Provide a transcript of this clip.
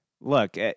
Look